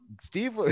Steve